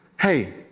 hey